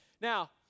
Now